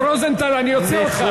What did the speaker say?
חבר הכנסת רוזנטל, אני אוציא אותך.